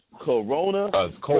corona